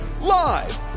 live